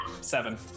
seven